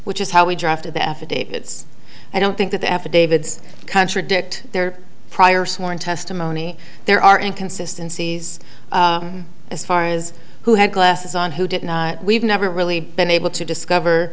which is how we drafted the affidavits i don't think that the affidavits contradict their prior sworn testimony there are inconsistencies as far as who had glasses on who did it we've never really been able to discover